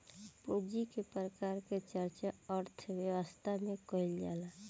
पूंजी के प्रकार के चर्चा अर्थव्यवस्था में कईल जाला